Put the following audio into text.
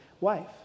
wife